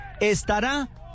Estará